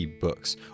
books